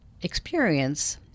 experience